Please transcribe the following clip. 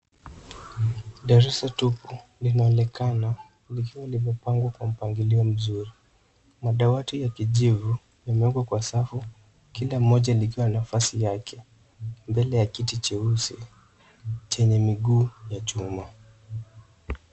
Darasa tupu, linaonekana, likiwa limepangwa kwa mpangilio mzuri. Madawati ya kijivu, yamewekwa kwa safu. Kila moja likiwa nafasi yake, mbele ya kiti cheusi, chenye miguu ya chuma.